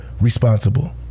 responsible